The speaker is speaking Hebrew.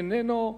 איננו,